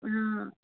हाँ